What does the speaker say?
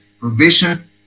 provision